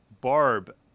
Barb